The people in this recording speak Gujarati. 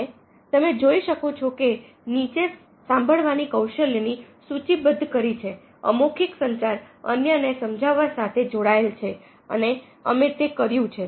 અને તમે જોઈ શકો છો કે નીચે સાંભળવાની કૌશલ્યની સૂચિબદ્ધ કરી છેઅમૌખિક સંચાર અન્યને સમજવા સાથે જોડાયેલ છઅને અમે તે કર્યું છે